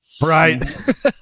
Right